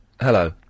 Hello